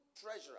treasurer